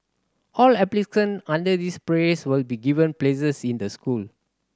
all applicant under this phase will be given places in the school